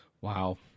wow